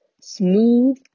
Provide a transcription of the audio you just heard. smooth